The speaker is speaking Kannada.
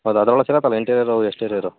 ಹೌದಾ ಅದ್ರೊಳಗೆ ಸಿಗತ್ತಲ್ಲ ಇಂಟೀರಿಯರು ಎಕ್ಸ್ಟೀರಿಯರು